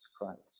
Christ